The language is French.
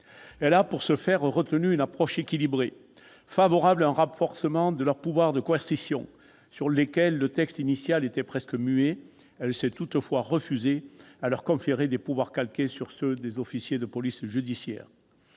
Elle a, pour ce faire, retenu une approche équilibrée : favorable à un renforcement de leurs pouvoirs de coercition, sur lesquels le texte initial était presque muet, elle s'est toutefois refusée à leur conférer des pouvoirs calqués sur ceux des officiers de police judiciaire.